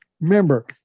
remember